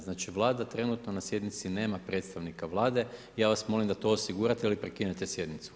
Znači, Vlada trenutno na sjednici nema predstavnika Vlade, ja vas molim da to osigurate ili prekinite sjednicu.